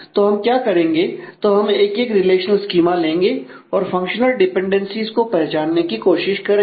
तो हम क्या करेंगे तो हम एक एक रिलेशनल स्कीमा लेंगे और फंकशनल डिपेंडेंसीज पहचानने की कोशिश करेंगे